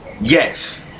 Yes